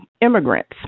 immigrants